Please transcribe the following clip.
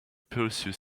purse